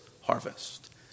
harvest